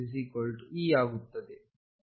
V0xψ E ಆಗುತ್ತದೆ